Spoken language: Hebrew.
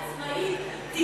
עצמאית.